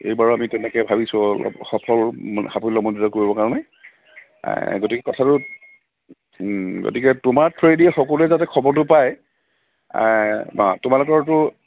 এইবাৰো আমি তেনেকে ভাবিছোঁ অলপ সফল সাফল্যমণ্ডিত কৰিবৰ কাৰণে গতিকে কথাটো গতিকে তোমাৰ সকলোৱে যাতে খবৰটো পায় তোমালোকৰতো